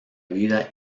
vida